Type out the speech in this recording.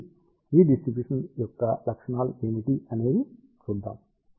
కాబట్టి ఈ డిస్ట్రిబ్యూషన్ యొక్క లక్షణాలు ఏమిటి అనేవి చూద్దాం